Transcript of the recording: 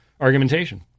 argumentation